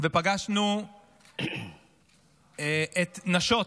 פגשנו את נשות